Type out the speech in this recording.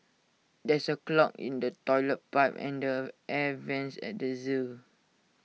there is A clog in the Toilet Pipe and the air Vents at the Zoo